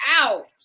Out